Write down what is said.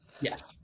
Yes